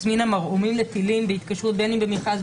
הזמינה מרעומים לטילים בהתקשרות בין אם במכרז,